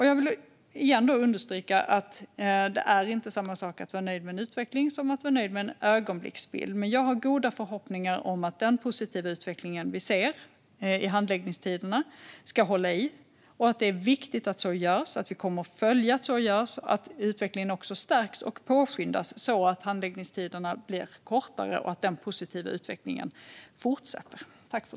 Jag vill återigen understryka att det inte är samma sak att vara nöjd med en utveckling och att vara nöjd med en ögonblicksbild. Men jag har goda förhoppningar om att den positiva utveckling vi ser när det gäller handläggningstiderna ska hålla i sig. Det är viktigt att så sker, och vi kommer att följa detta och att utvecklingen stärks och påskyndas, så att handläggningstiderna blir kortare och den positiva utvecklingen fortsätter.